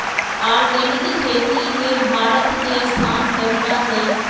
organic खेती में भारत के स्थान पहिला हइ